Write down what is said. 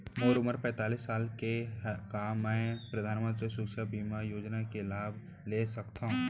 मोर उमर पैंतालीस साल हे का मैं परधानमंतरी सुरक्षा बीमा योजना के लाभ ले सकथव?